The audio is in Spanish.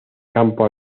campo